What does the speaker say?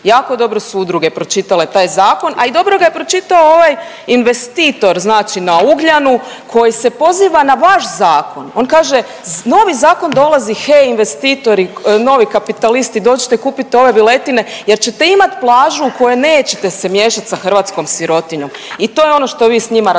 jako dobro su udruge pročitale taj zakon, a i dobro ga je pročitao ovaj investitor znači na Ugljanu koji se poziva na vaš zakon. On kaže novi zakon dolazi hej investitori, novi kapitalisti dođite kupiti ove viletine jer ćete imati plažu u kojoj nećete se miješati sa hrvatskom sirotinjom. I to je ono što vi s njima razgovarate